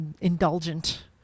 indulgent